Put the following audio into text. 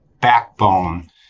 backbone